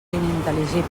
inintel·ligibles